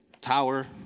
tower